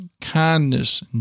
kindness